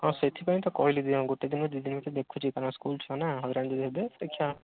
ହଁ ସେଥିପାଇଁ ତ କହିଲି ଦିଅନ୍ତୁ ଗୋଟେ ଦିନ ଦୁଇଦିନ ଭିତରେ ଦେଖୁଛି କାରଣ ସ୍କୁଲ୍ ଛୁଆନା ହଇରାଣ ବି ହେବେ